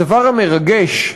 הדבר המרגש,